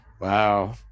Wow